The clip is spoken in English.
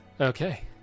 Okay